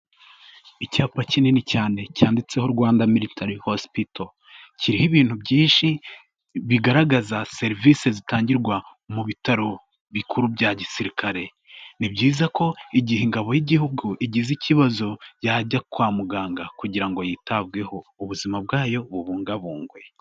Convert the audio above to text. Icyapa kinini cyane cyanditseho Rwanda Military Hospital, kiriho ibintu byinshi bigaragaza serivise zitangirwa mu bitaro bikuru bya gisirikare, ni byiza ko igihe ingabo y'Igihugu igize ikibazo yajya kwa muganga kugira ngo yitabweho, ubuzima bwayo bubungabungwe.